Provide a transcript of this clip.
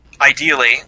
Ideally